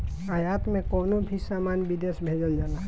आयात में कवनो भी सामान विदेश भेजल जाला